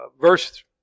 verse